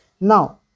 now